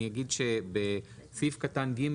אני אגיד שבסעיף קטן ג',